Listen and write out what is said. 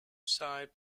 side